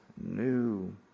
new